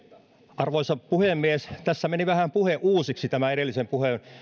arvoisa puhemies tässä meni vähän puhe uusiksi tämän edellisen